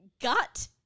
gut